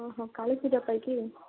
ଓହୋ କାଳି ପୂଜା ପାଇଁ କି